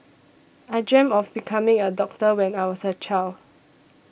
I dreamt of becoming a doctor when I was a child